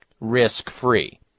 risk-free